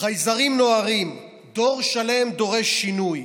החייזרים נוהרים, דור שלם דורש שינוי,